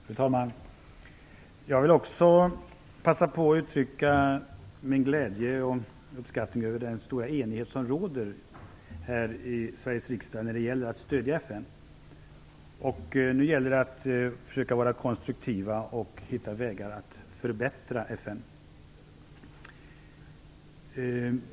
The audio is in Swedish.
Fru talman! Jag vill också passa på att uttrycka min glädje och uppskattning över den stora enighet som råder här i Sveriges riksdag när det gäller att stödja FN. Nu gäller det att försöka vara konstruktiva och hitta vägar för att förbättra FN.